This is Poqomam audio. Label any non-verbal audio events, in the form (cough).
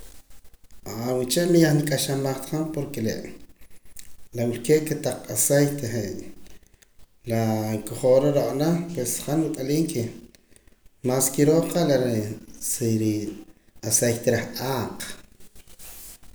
(hesitation) uche yah manik'axamah ta han porque la wilkee' kotaq aceite je' la nkojora ro'na pues han wat'aliim que más kiroo re' sa ri aceite reh ahq.